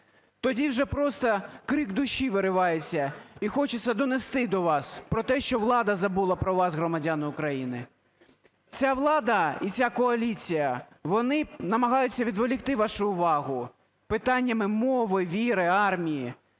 тоді вже просто крик душі виривається і хочеться донести до вас про те, що влада забула про вас, громадяни України. Ця влада і ця коаліція вони намагаються відволікти вашу увагу питаннями мови, віри, армії.